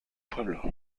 pueblo